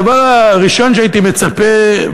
הדבר הראשון שהייתי מצפה,